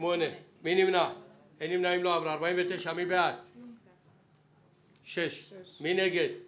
ההצעה לא נתקבלה ותעלה למליאה כהסתייגות לקריאה שנייה ולקריאה